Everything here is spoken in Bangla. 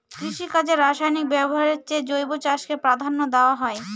কৃষিকাজে রাসায়নিক ব্যবহারের চেয়ে জৈব চাষকে প্রাধান্য দেওয়া হয়